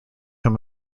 him